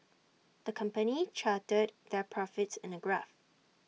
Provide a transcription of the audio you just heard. the company charted their profits in A graph